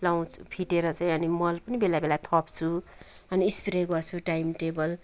लाउँछु फिटेर चाहिँ अनि मल पनि बेला बेला थप्छु अनि स्प्रे गर्छु टाइमटेबल